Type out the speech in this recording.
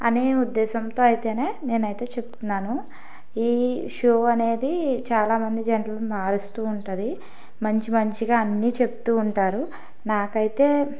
అనే ఉద్దేశంతో అయితేనే నేనైతే చెప్తున్నాను ఈ షో అనేది చాలామంది జంటలను మారుస్తూ ఉంటుంది మంచి మంచిగా అన్నీ చెప్తూ ఉంటారు నాకైతే